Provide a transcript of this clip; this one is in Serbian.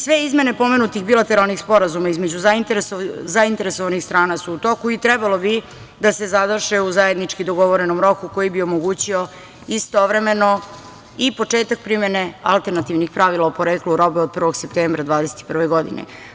Sve izmene pomenutih bilateralnih sporazuma između zainteresovanih strana su u toku i trebalo bi da se završe u zajednički dogovorenom roku koji bi omogućio istovremeno i početak primene alternativnih pravila o poreklu robe od 1. septembra 2021. godine.